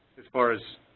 as far as